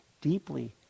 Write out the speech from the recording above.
deeply